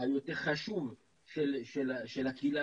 היותר חשוב של הקהילה,